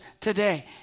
today